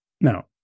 Now